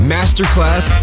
Masterclass